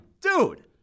dude